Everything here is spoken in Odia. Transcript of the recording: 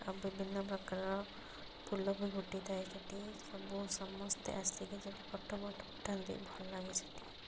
ଆଉ ବିଭିନ୍ନ ପ୍ରକାରର ଫୁଲ ବି ଫୁଟି ଥାଏ ସେଠି ସବୁ ସମସ୍ତେ ଆସିକି ସେଠି ଫଟୋ ଫଟ ଉଠାନ୍ତି ଭଲ ଲାଗେ ସେଠି